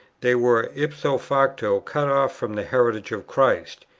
they were ipso facto cut off from the heritage of christ.